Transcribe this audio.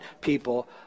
people